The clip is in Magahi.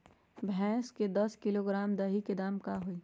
भैस के एक किलोग्राम दही के दाम का होई?